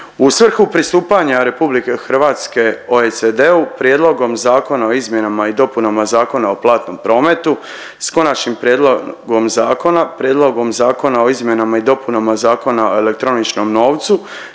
U svrhu pristupanja RH OECD-u, Prijedlogom zakona o izmjenama i dopunama Zakona o platnom prometu s konačnim prijedlogom zakona, Prijedlogom zakona o izmjenama i dopunama Zakona o elektroničnom novcu